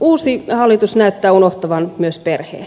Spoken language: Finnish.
uusi hallitus näyttää unohtavan myös perheet